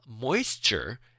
moisture